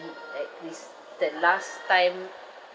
eat like this the last time